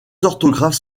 orthographes